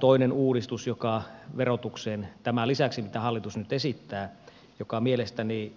toinen uudistus verotukseen tämän lisäksi mitä hallitus nyt esittää joka mielestäni